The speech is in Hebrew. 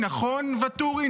נכון, ואטורי?